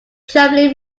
jubilee